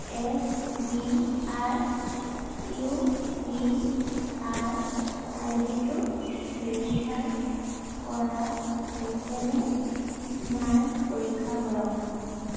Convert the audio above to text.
S B I U P I I D টো verify কৰা হৈছে নে নাই পৰীক্ষা কৰক